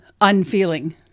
unfeeling